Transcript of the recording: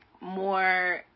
more